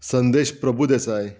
Sandesh Prabhudesai